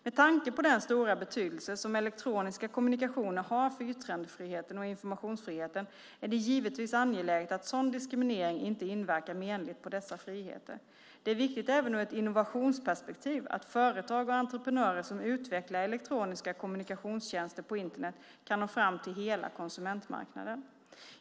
Med tanke på den stora betydelse som elektroniska kommunikationer har för yttrandefriheten och informationsfriheten är det givetvis angeläget att sådan diskriminering inte inverkar menligt på dessa friheter. Det är viktigt även ur ett innovationsperspektiv att företag och entreprenörer som utvecklar elektroniska kommunikationstjänster på Internet kan nå fram till hela konsumentmarknaden.